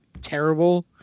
terrible